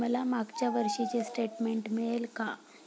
मला मागच्या वर्षीचे स्टेटमेंट मिळेल का?